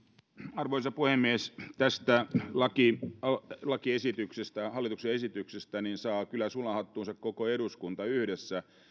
arvoisa puhemies tästä lakiesityksestä hallituksen esityksestä saa kyllä sulan hattuunsa koko eduskunta yhdessä